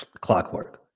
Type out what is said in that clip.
clockwork